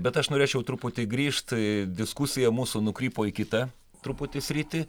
bet aš norėčiau truputį grįžt į diskusiją mūsų nukrypo į kitą truputį sritį